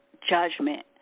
judgment